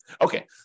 Okay